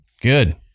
Good